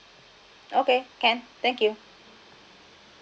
okay can thank you